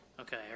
okay